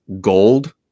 gold